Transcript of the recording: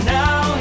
now